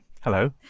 Hello